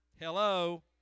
Hello